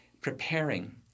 preparing